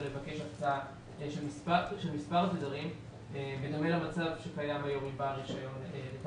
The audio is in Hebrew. לבקש הקצאה של מספר תדרים בדומה למצב שקיים היום עם בעל רישיון.